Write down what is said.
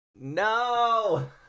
No